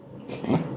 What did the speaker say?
Okay